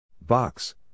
Box